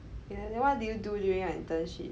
yeah then what did you do during your internship